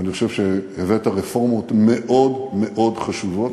ואני חושב שהבאת רפורמות מאוד מאוד חשובות,